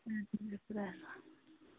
اَچھا بِہِو خۄدایس حَوال